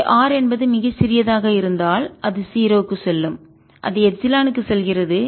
இங்கே r என்பது மிகச் சிறியதாக இருந்தால் அது 0 க்குச் செல்லும் அது எப்சிலனுக்குச் செல்கிறது